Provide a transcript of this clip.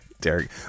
Derek